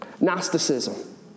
Gnosticism